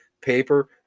paper